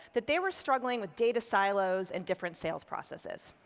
that they were struggling with data silos in different sales processes.